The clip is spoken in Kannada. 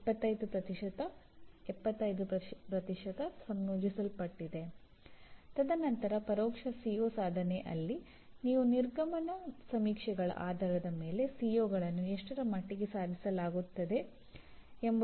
ಇಲ್ಲಿ ನಾವು ನೇರ ಸಿಒ ಎಷ್ಟರ ಮಟ್ಟಿಗೆ ಸಾಧಿಸಲಾಗುತ್ತದೆ ಎಂಬುದನ್ನು ಲೆಕ್ಕಾಚಾರ ಮಾಡುತ್ತೀರಿ